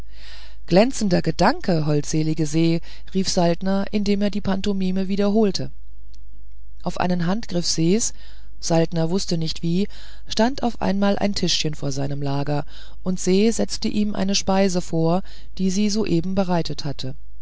glänzender gedanke holdselige se rief saltner indem er die pantomime wiederholte auf einen handgriff ses saltner wußte nicht wie stand auf einmal ein tischchen vor seinem lager und se setzte ihm eine speise vor die sie soeben bereitet hatte